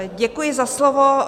Děkuji za slovo.